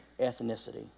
ethnicity